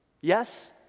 Yes